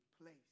place